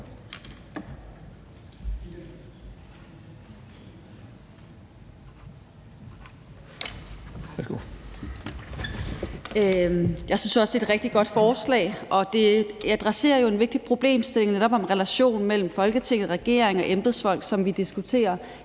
Jeg synes også, det er et rigtig godt forslag, og det adresserer jo en vigtig problemstilling, netop om relationen mellem Folketinget, regering og embedsfolk, som vi diskuterer